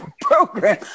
program